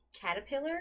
caterpillar